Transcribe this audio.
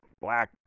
black